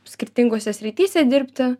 skirtingose srityse dirbti